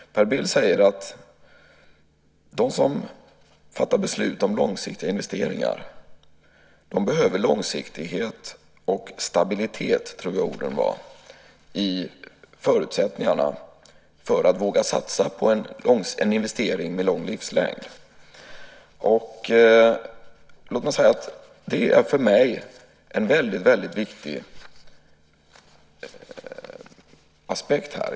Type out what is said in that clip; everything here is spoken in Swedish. Per Bill säger att de som fattar beslut om långsiktiga investeringar behöver långsiktighet och stabilitet - så tror jag att orden var - i förutsättningarna för att de ska våga satsa på en investering med lång livslängd. Låt mig säga att det är en för mig väldigt viktig aspekt.